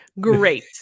great